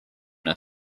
una